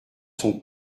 son